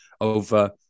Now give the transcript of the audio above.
over